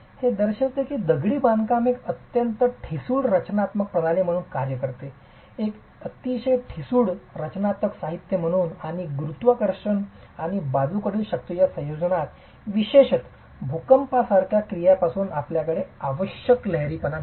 हे दर्शविते की दगडी बांधकामही एक अत्यंत ठिसूळ रचनात्मक प्रणाली म्हणून कार्य करते एक अतिशय ठिसूळ रचनात्मक साहित्य म्हणून आणि गुरुत्वाकर्षण आणि बाजूकडील शक्तींच्या संयोजनात विशेषत भूकंपांसारख्या क्रियांतून आपल्याकडे आवश्यक लहरीपणा नाही